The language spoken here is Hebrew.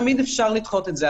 תמיד אפשר לדחות את זה.